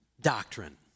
doctrine